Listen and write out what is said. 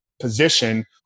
position